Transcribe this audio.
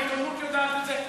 העיתונות יודעת את זה,